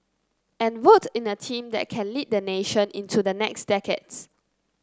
and vote in a team that can lead the nation into the next decades